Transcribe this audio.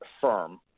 firm